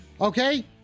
Okay